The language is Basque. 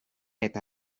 eta